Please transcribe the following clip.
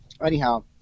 anyhow